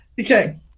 okay